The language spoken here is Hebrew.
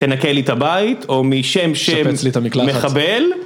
תנקה לי את הבית, או משם של מחבל.